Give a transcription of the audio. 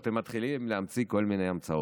אתם מתחילים להמציא כל מיני המצאות.